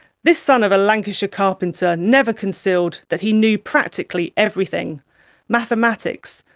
this son of a lancashire carpenter never concealed that he knew practically everything mathematics,